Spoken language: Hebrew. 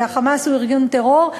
ה"חמאס" הוא ארגון טרור,